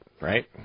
right